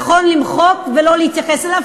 נכון למחוק ולא להתייחס אליו,